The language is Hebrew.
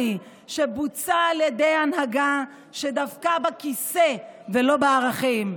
שבוצע על ידי הנהגה שדבקה בכיסא ולא בערכים.